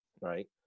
right